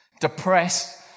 depressed